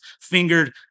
fingered